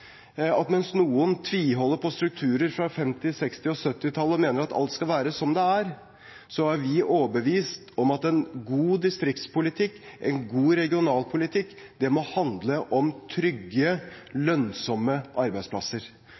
at mens noen tviholder på strukturer fra 1950-, 1960- og 1970-tallet og mener at alt skal være som det er, så er vi overbevist om at en god distriktspolitikk, en god regionalpolitikk, må handle om trygge, lønnsomme arbeidsplasser.